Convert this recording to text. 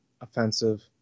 offensive